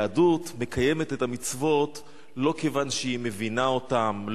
היהדות מקיימת את המצוות לא כיוון שהיא מבינה אותן,